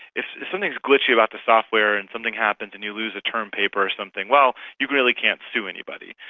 if something is glitchy about the software and something happens and you lose a term paper or something, well, you really can't sue anybody.